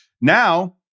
Now